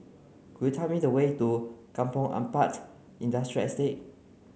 could you tell me the way to Kampong Ampat Industrial Estate